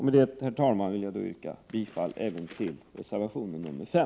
Med detta vill jag även yrka bifall till reservation 5.